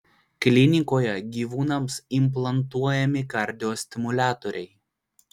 klinikoje gyvūnams implantuojami kardiostimuliatoriai